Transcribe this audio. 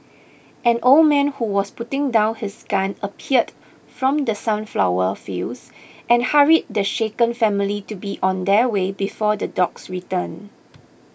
an old man who was putting down his gun appeared from the sunflower fields and hurried the shaken family to be on their way before the dogs return